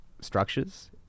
structures